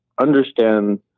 understand